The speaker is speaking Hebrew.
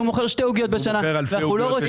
מוכר שתי עוגיות בשנה ואנחנו לא רוצים שזה יהיה כלל קשיח.